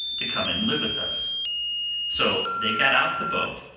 to come and live with us so they got out the boat,